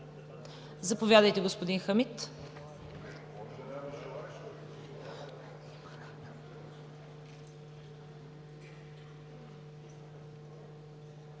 Заповядайте, господин Хамид